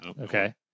Okay